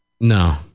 No